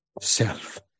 self